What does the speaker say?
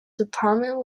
department